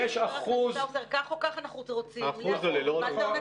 אחוז --- אבל כך וכך אנחנו רוצים --- מה האלטרנטיבה.